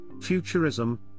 futurism